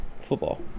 Football